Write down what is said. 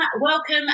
welcome